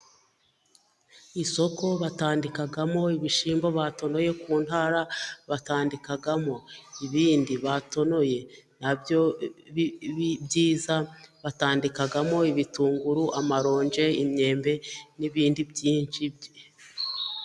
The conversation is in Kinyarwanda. Isoko batandikamo ibishyimbo batonoye ku ntara, batandikamo ibindi batonoye, na byo byiza, batandikamo ibitunguru, amaronji, imyembe, n'ibindi byinshi.